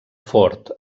ford